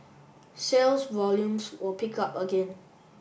sales volumes will pick up again